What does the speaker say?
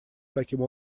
таким